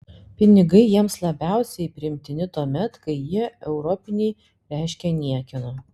pinigai jiems labiausiai priimtini tuomet kai jie europiniai reiškia niekieno